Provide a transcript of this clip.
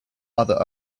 other